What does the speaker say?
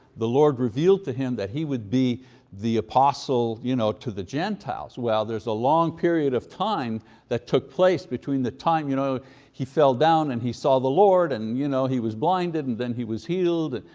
the lord revealed to him that he would be the apostle you know to the gentiles. well, there's a long period of time that took place between the time you know he fell down and he saw the lord, and you know he was blinded, and then he was healed.